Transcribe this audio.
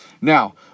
Now